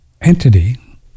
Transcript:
entity